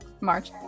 March